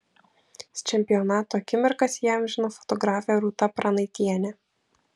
čempionato akimirkas įamžino fotografė rūta pranaitienė